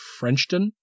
Frenchton